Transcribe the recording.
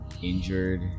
Injured